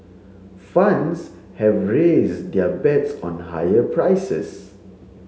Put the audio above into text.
funds have raised their bets on higher prices